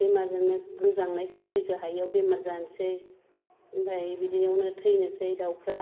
बेमार जाना गोजांनायखौ सैज हायियाव बेमार जानोसै ओमफ्राय बिदियावनो थैनोसै दाउफोरा